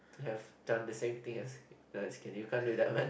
to have tell the same thing as the security can't do that one